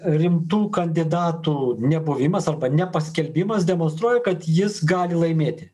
rimtų kandidatų nebuvimas arba nepaskelbimas demonstruoja kad jis gali laimėti